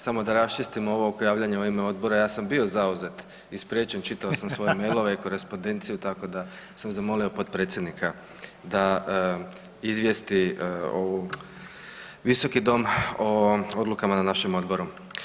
Samo da raščistim ovo oko javljanja u ime odbora, ja sam bio zauzet i spriječen, čitao sam svoje mailove i korespondenciju, tako da sam zamolio potpredsjednika da izvijesti ovaj visoki dom o odlukama na našem odboru.